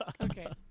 Okay